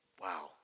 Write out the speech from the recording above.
Wow